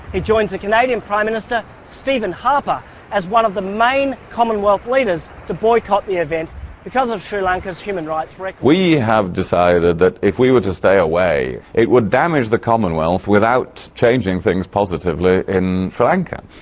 joins the canadian prime minister stephen harper as one of the main commonwealth leaders to boycott the event because of sri lanka's human rights record. we have decided that if we were to stay away it would damage the commonwealth without changing things positively in sri lanka.